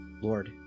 Lord